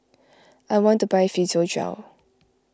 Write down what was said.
I want to buy Physiogel